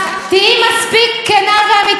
זו הדמוקרטיה של כולנו.